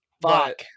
Fuck